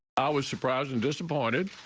i was surprised and disappointed,